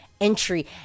entry